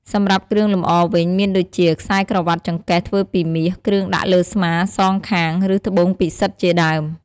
សម្រាប់គ្រឿងលម្អវិញមានដូចជា ខ្សែក្រវាត់ចង្កេះធ្វើពីមាស គ្រឿងដាក់លើស្មាសងខាង ឬ ត្បូងពិសិដ្ឋជាដើម។